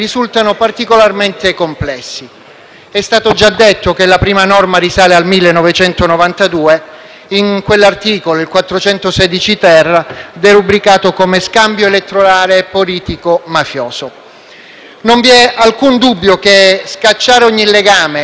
È stato già detto che la prima norma risale al 1992, a quell'articolo, il 416-*ter*, derubricato come scambio elettorale politico-mafioso. Non vi è alcun dubbio che scacciare ogni legame, indipendentemente dalla sua gravità,